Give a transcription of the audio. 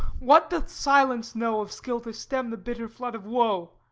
what doth silence know of skill to stem the bitter flood of woe?